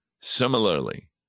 Similarly